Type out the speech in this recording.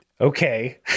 Okay